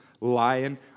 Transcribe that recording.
lion